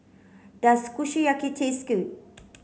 does Kushiyaki taste good